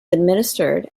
administered